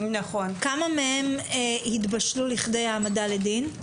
כמה מהם התבשלו לכדי העמדה לדין?